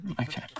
okay